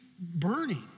burning